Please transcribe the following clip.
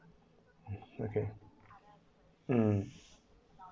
okay um